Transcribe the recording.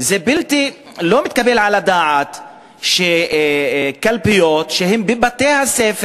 זה לא מתקבל על הדעת שיש קלפיות בבתי-הספר,